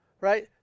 Right